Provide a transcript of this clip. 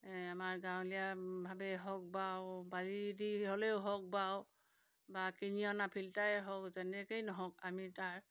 আমাৰ গাঁৱলীয়াভাৱেই হওক বাৰু বাৰী দি হ'লেও হওক বাৰু বা কিনি অনা ফিল্টাৰেই হওক যেনেকেই নহওক আমি তাৰ